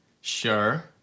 sure